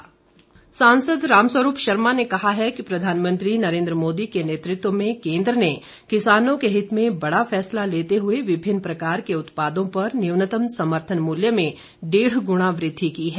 रामस्वरूप सांसद रामस्वरूप शर्मा ने कहा है कि प्रधानमंत्री नरेंद्र मोदी के नेतृत्व में केंद्र ने किसानों के हित में बड़ा फैसला लेते हुए विभिन्न प्रकार के उत्पादों पर न्यूनतम समर्थन मूल्य में डेढ़ गुणा वृद्धि की है